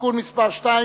(תיקון מס' 2),